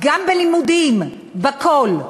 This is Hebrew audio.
גם בלימודים, בכול,